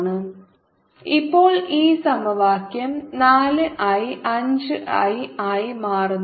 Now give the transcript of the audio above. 4I1I12I13I20 V 7I13I20V ഇപ്പോൾ ഈ സമവാക്യം 4 I 5 I ആയി മാറുന്നു